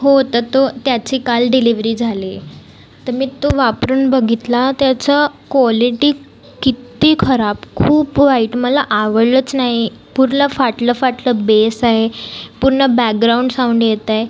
हो तर तो त्याची काल डिलेवरी झाली तर मी तो वापरून बघितला त्याचा कॉलेटी कित्ती खराब खूप वाईट मला आवडलचं नाही पुडला फाटलं फाटलं बेस आहे पूर्ण बॅग्राऊंड साऊंड येतंय